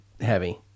heavy